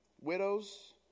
widows